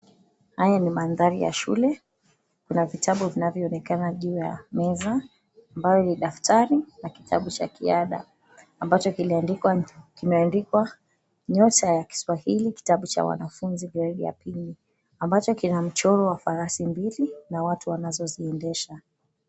Haya ni mandhari ya shule. Kuna vitabu vinavyoonekana juu ya meza ambayo ni daftari na kitabu cha kiada ambacho kimeandikwa Nyota ya kiswahili kitabu cha wanafunzi gredi ya pili ambacho kina mchoro wa farasi mbili na watu wanazoziendesha.